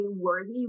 worthy